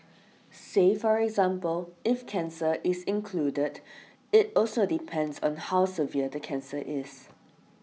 say for example if cancer is included it also depends on how severe the cancer is